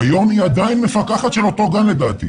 א.ש: היום היא עדיין מפקחת של אותו גן לדעתי.